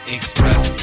Express